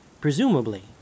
presumably